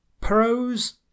pros